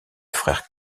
frère